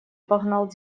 погнал